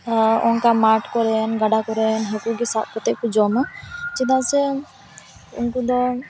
ᱚᱱᱠᱟ ᱢᱟᱴᱷ ᱠᱚᱨᱮᱱ ᱜᱟᱰᱟ ᱠᱚᱨᱮᱱ ᱦᱟᱹᱠᱩ ᱜᱮ ᱥᱟᱵ ᱠᱟᱛᱮᱫ ᱠᱚ ᱡᱚᱢᱟ ᱪᱮᱫᱟᱜ ᱥᱮ ᱩᱱᱠᱩ ᱫᱚ